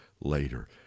later